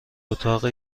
اتاق